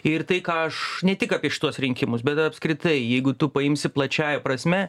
ir tai ką aš ne tik apie šituos rinkimus bet apskritai jeigu tu paimsi plačiąja prasme